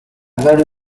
very